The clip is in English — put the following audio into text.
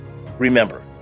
Remember